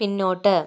പിന്നോട്ട്